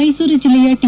ಮೈಸೂರು ಜಿಲ್ಲೆಯ ಟಿ